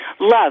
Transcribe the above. Love